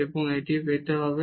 এবং আমাদের এটিও পেতে হবে